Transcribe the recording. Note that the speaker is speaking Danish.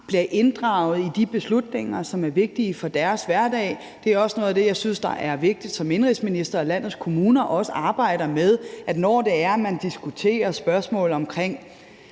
bliver inddraget i de beslutninger, som er vigtige for deres hverdag. Det er også noget af det, jeg synes er vigtigt som indenrigsminister, altså at landets kommuner også arbejder med, at når man diskuterer spørgsmål omkring